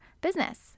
business